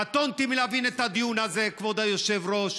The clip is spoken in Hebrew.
קטונתי מלהבין את הדיון הזה, כבוד היושב-ראש.